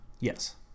Yes